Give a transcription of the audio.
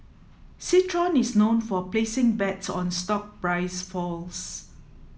citron is known for placing bets on stock price falls